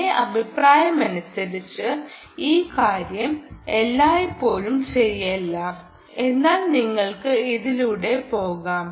എന്റെ അഭിപ്രായമനുസരിച്ച് ഈ കാര്യം എല്ലായ്പ്പോഴും ശരിയല്ല എന്നാൽ നിങ്ങൾക്ക് ഇതിലൂടെ പോകാം